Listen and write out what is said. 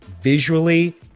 visually